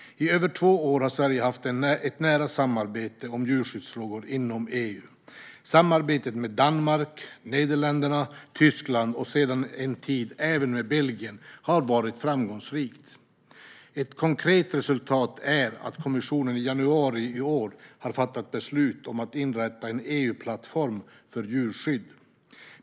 I över två år har Sverige haft ett nära samarbete om djurskyddsfrågor inom EU. Samarbetet med Danmark, Nederländerna, Tyskland och sedan en tid även med Belgien har varit framgångsrikt. Ett konkret resultat är att kommissionen i januari i år har fattat beslut om att inrätta en EU-plattform för djurskydd.